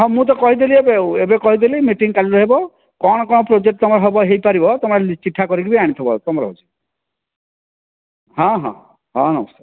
ହଁ ମୁଁ ତ କହିଦେଲି ଏବେ ଆଉ ଏବେ କହିଦେଲି ମିଟିଙ୍ଗ କାଲି ରହିବ କଣ କଣ ପ୍ରୋଜେକ୍ଟ ତମର ହେବ ହେଇପାରିବ ତମର ଚିଠା କରିକି ଆଣିଥିବ ତ ମୁଁ ରହୁଛି ହଁ ହଁ ହଁ ନମସ୍କାର